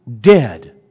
dead